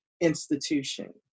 institution